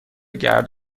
گرد